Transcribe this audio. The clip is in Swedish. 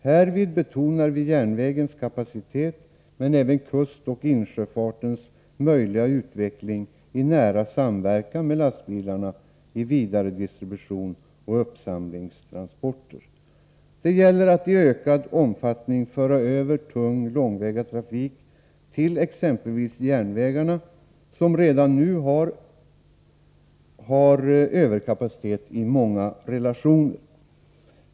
Härvid betonar vi järnvägens kapacitet men även kustoch insjöfartens möjliga utveckling i nära samverkan med lastbilarna i vidaredistribution och uppsamlingstransporter. Det gäller att i ökad omfattning föra över tung långväga trafik till exempelvis järnvägarna, som redan nu har överkapacitet i många relationer.